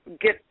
get